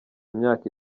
imyaka